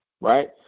right